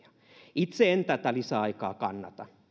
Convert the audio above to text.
itse en tätä lisäaikaa kannata